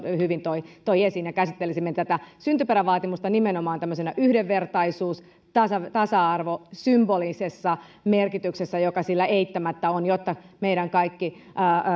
hyvin toi toi esiin ja käsittelisimme tätä syntyperävaatimusta nimenomaan tämmöisessä yhdenvertaisuus ja tasa arvomerkityksessä symbolisessa merkityksessä joka sillä eittämättä on jotta kaikki meidän